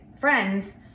friends